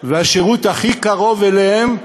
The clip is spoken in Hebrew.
והשירות הכי קרוב אליהם,